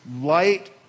light